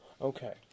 Okay